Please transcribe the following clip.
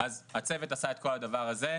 אז הצוות עשה את כל הדבר הזה,